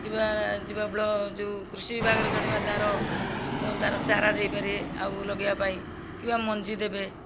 କିମ୍ବା ଯିବା ଯେଉଁ କୃଷି ବିଭାଗରେ ଜଣେଇବା ତାର ତାର ଚାରା ଦେଇପାରିବେ ଆଉ ଲଗାଇବା ପାଇଁ କିମ୍ବା ମଞ୍ଜି ଦେବେ